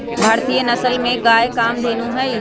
भारतीय नसल में गाय कामधेनु हई